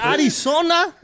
Arizona